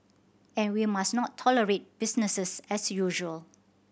and we must not tolerate businesses as usual